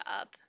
up